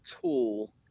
tool